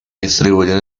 distribuyen